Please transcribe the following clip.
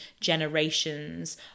generations